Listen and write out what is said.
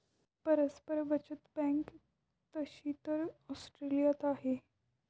परस्पर बचत बँक तशी तर ऑस्ट्रेलियात आहे